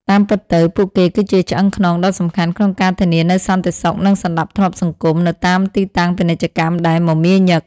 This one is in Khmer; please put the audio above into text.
តាមពិតទៅ ពួកគេគឺជាឆ្អឹងខ្នងដ៏សំខាន់ក្នុងការធានានូវសន្តិសុខ និងសណ្តាប់ធ្នាប់សង្គម នៅតាមទីតាំងពាណិជ្ជកម្មដែលមមាញឹក។